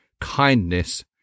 kindness